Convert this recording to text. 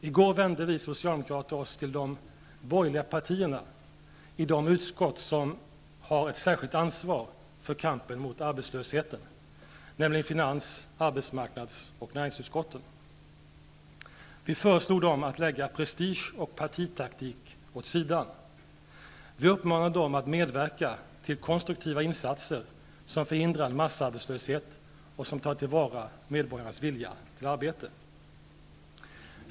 I går vände vi socialdemokrater oss till de borgerliga partierna i de utskott som har ett särskilt ansvar för kampen mot arbetslösheten, nämligen finansutskottet, arbetsmarknadsutskottet och näringsutskottet. Vi föreslog dem att lägga prestige och partitaktik åt sidan. Vi uppmanade dem att medverka till konstruktiva insatser som förhindrar massarbetslöshet och som tar till vara medborgarnas vilja att arbeta.